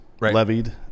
levied